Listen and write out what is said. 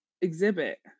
exhibit